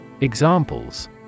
Examples